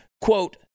quote